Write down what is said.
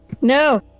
No